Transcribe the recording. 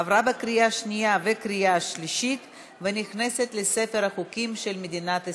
עבר בקריאה שנייה וקריאה שלישית ונכנס לספר החוקים של מדינת ישראל.